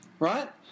Right